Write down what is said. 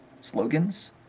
slogans